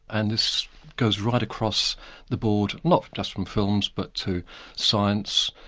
and this goes right across the board not just from films, but to science,